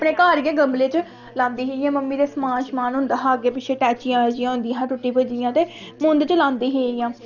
में अपने घर गै गमले च लांदी ही जि'यां मम्मी दे समान शमान होंदा हा अग्गें पिच्छे टैचियां जि'यां होंदियां हियां कि हर टुटी भ'ज्जी दियां ते में उं'दे च लांदी ही इ'यां